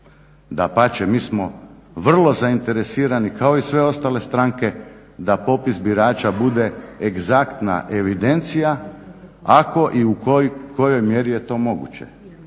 Dapače, mi smo vrlo zainteresirani kao i sve ostale stranke da popis birača bude egzaktna evidencija, ako i u kojoj mjeri je to moguće.